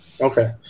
Okay